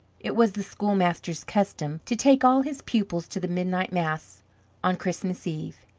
it was the schoolmaster's custom to take all his pupils to the midnight mass on christmas eve,